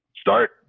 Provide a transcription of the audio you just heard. Start